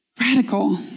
Radical